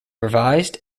revised